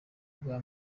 bwa